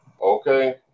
Okay